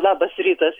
labas rytas